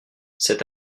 cet